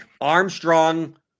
Armstrong